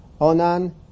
Onan